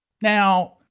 Now